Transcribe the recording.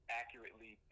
accurately